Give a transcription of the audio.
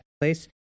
place